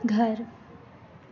घर